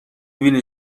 بینی